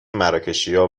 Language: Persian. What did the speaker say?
مراکشیا